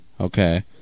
okay